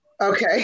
Okay